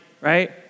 right